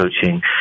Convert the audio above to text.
coaching